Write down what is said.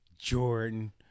Jordan